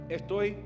estoy